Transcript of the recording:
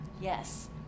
Yes